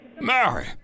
Mary